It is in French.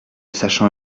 sachant